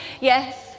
Yes